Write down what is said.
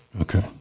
Okay